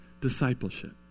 discipleship